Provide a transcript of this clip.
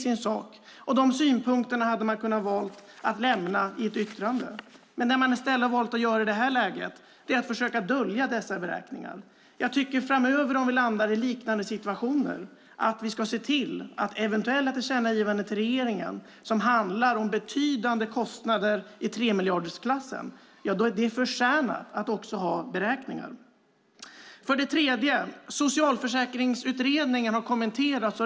Dessa synpunkter hade man kunnat lämna i ett yttrande. I stället valde man att försöka dölja dessa beräkningar. Om vi landar i liknande situationer framöver tycker jag att eventuella tillkännagivanden till regeringen som handlar om kostnader i tremiljardersklassen förtjänar att ha beräkningar. För det tredje har socialförsäkringsutredningen kommenterats.